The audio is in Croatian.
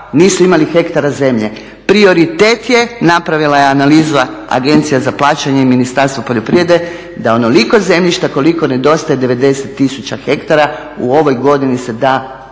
Nisu imali hektara zemlje. Prioritet je napravila je analizu Agencija za plaćanje i Ministarstvo poljoprivrede da onoliko zemljišta koliko nedostaje 90000 hektara u ovoj godini se da